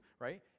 right